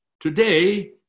Today